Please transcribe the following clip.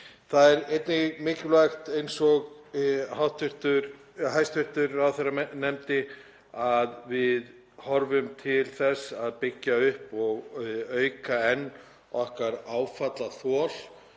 Það er einnig mikilvægt, eins og hæstv. ráðherra nefndi, að við horfum til þess að byggja upp og auka enn okkar áfallaþol